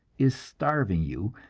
is starving you,